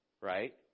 Right